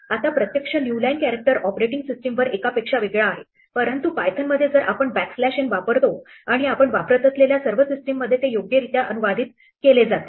आता प्रत्यक्ष new line character operating system वर एकापेक्षा वेगळा आहे परंतु पायथनमध्ये जर आपण बॅकस्लॅश n वापरतो आणि आपण वापरत असलेल्या सर्व सिस्टीममध्ये ते योग्यरित्या अनुवादित केले जाईल